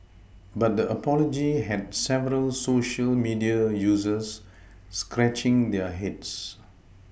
but the apology had several Social media users scratching their heads